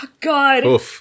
God